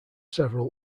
several